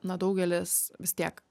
na daugelis vis tiek